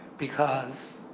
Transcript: because,